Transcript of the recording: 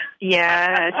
yes